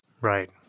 Right